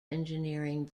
engineering